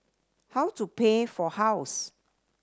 how to pay for house